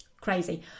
crazy